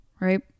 right